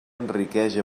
enriqueix